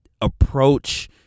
approach